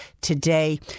today